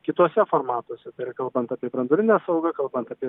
kituose formatuose tai yra kalbant apie branduolinę saugą kalbant apie